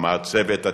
המעצב את עתידו.